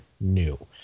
new